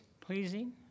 pleasing